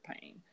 pain